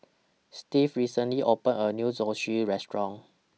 Steve recently opened A New Zosui Restaurant